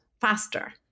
faster